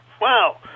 Wow